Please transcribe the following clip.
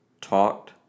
talked